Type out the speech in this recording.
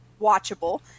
watchable